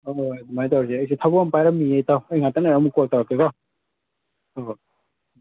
ꯍꯣꯏ ꯍꯣꯏ ꯑꯗꯨꯃꯥꯏꯅ ꯇꯧꯔꯁꯦ ꯑꯩꯁꯦ ꯊꯕꯛ ꯑꯃ ꯄꯥꯏꯔꯝꯃꯤꯑꯦ ꯏꯇꯥꯎ ꯑꯩ ꯉꯥꯏꯍꯥꯛꯇꯪ ꯂꯩꯔꯒ ꯑꯃꯨꯛ ꯀꯣꯜ ꯇꯧꯔꯛꯀꯦ ꯀꯣ ꯍꯣꯏ ꯍꯣꯏ